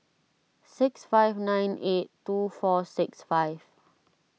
six five nine eight two four six five